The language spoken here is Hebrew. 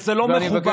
וזה לא מכובד.